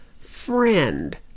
Friend